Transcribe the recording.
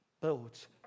builds